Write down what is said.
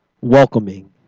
welcoming